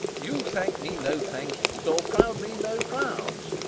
you, thank me no thankings, nor proud me no prouds,